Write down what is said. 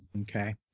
Okay